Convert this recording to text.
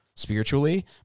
spiritually